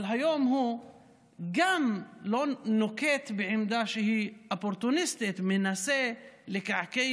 אבל גם היום הוא נוקט עמדה אופורטוניסטית ומנסה לקעקע